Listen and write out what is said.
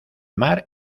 mar